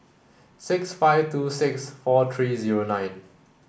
six five two six four three zero nine